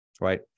right